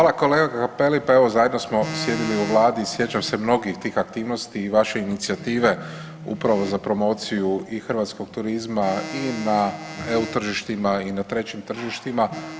Hvala kolega Cappelli, pa evo zajedno smo sjedili u Vladi, sjećam se mnogih tih aktivnosti i vaše inicijative upravo za promociju i hrvatskog turizma i na EU tržištima i na trećim tržištima.